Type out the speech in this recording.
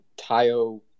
Tayo